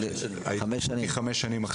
חמש שנים.